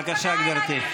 בבקשה, גברתי.